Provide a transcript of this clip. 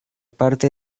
parte